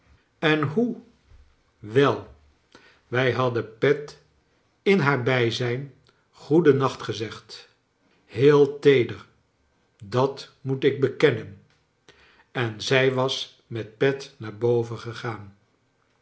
en hoe wel wij hadden pet in haar bijzijn goeden nacht gezegd heel teeder dat inoet ik bekennen en zij was met pet naar boven gegaan